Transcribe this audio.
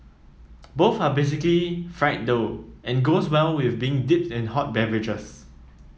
both are basically fried dough and goes well with being dipped in hot beverages